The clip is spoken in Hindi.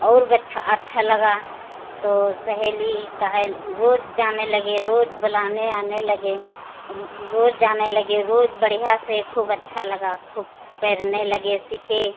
और बच्छा अच्छा लगा तो सहेली कहे रोज जाने लगे रोज बुलाने आने लगे रोज जाने लगे रोज बढ़ियाँ से खूब अच्छा लगा खूब तैरने लगे सीखे